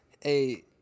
Hey